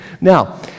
Now